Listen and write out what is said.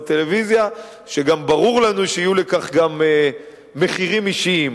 טלוויזיה שברור לנו שיהיו לכך גם מחירים אישיים.